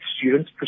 students